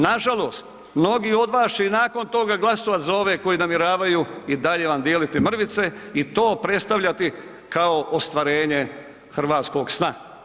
Nažalost, mnogi od vas će i nakon toga glasovat za ove koji namjeravaju i dalje vam dijeliti mrvice i to predstavljati kao ostvarenje hrvatskog sna.